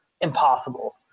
impossible